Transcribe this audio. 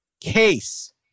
case